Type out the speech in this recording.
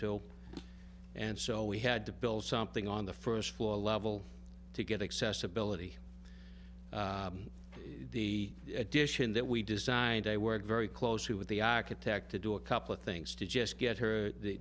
job and so we had to build something on the first floor level to get accessibility the addition that we designed a work very closely with the architect to do a couple of things to just get her the